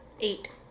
eight